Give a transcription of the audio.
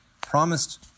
promised